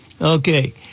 Okay